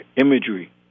imagery